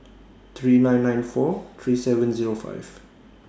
three nine nine four three seven Zero five